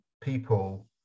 people